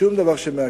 שום דבר שמעכב,